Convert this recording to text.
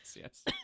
yes